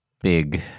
big